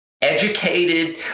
educated